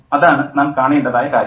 അതാണ് നാം കാണേണ്ടതായ കാര്യം